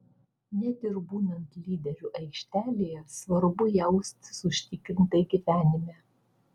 net ir būnant lyderiu aikštelėje svarbu jaustis užtikrintai gyvenime